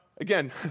again